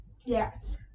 Yes